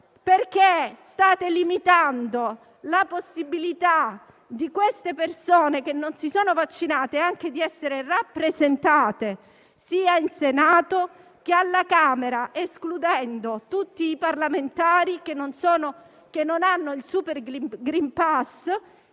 perché state limitando la possibilità delle persone vaccinate di essere rappresentate sia in Senato che alla Camera, escludendo tutti i parlamentari che non abbiano il super *green pass*